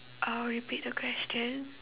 I'll repeat the question